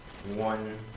one